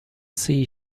sea